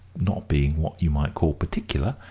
not being what you might call particular,